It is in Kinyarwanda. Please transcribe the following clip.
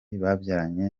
yabyaranye